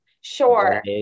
sure